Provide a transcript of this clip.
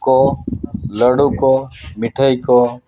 ᱠᱚ ᱞᱟᱹᱰᱩ ᱠᱚ ᱢᱤᱴᱷᱟᱹᱭ ᱠᱚ